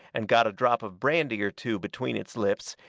and got a drop of brandy or two between its lips,